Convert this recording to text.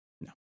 No